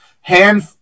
hand